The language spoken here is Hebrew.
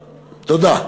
תודה.